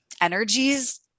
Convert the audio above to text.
energies